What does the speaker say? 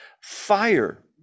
fire